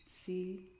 see